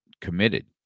committed